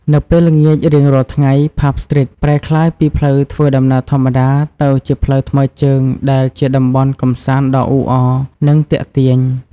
នៅពេលល្ងាចរៀងរាល់ថ្ងៃ ផាប់ ស្ទ្រីត ប្រែក្លាយពីផ្លូវធ្វើដំណើរធម្មតាទៅជាផ្លូវថ្មើរជើងដែលជាតំបន់កម្សាន្តដ៏អ៊ូអរ និងទាក់ទាញ។